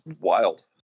wild